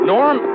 Norm